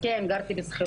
כן, גרתי בשכירות.